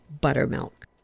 buttermilk